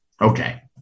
okay